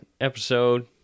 episode